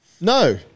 No